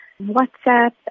WhatsApp